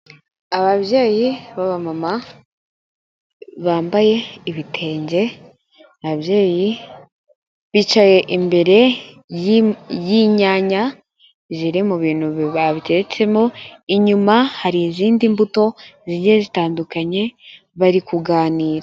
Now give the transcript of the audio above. Ababyeyi b'abamama bambaye ibitenge, ababyeyi bicaye imbere y'inyanya ziri mu bintu babitetsemo, inyuma hari izindi mbuto zigiye zitandukanye bari kuganira.